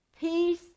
Peace